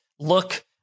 look